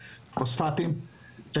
פוספטים.